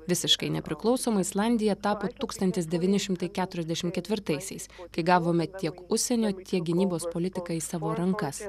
visiškai nepriklausoma islandija tapo tūkstantis devyni šimtai keturiasdešimt ketvirtaisiais kai gavome tiek užsienio tiek gynybos politiką į savo rankas